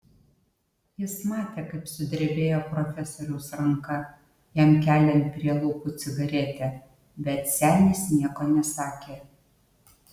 jis matė kaip sudrebėjo profesoriaus ranka jam keliant prie lūpų cigaretę bet senis nieko nesakė